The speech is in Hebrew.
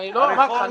אני לא המחק,